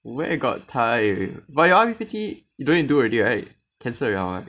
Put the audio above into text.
where got time but your I_P_P_T you don't need to do already right cancel already or what